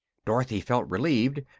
dorothy felt relieved.